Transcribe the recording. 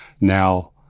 Now